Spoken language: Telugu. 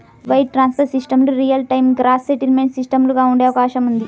వైర్ ట్రాన్స్ఫర్ సిస్టమ్లు రియల్ టైమ్ గ్రాస్ సెటిల్మెంట్ సిస్టమ్లుగా ఉండే అవకాశం ఉంది